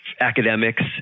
academics